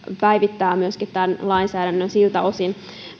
päivittää myöskin tämän lainsäädännön siltä osin